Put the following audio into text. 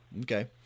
Okay